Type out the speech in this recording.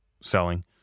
selling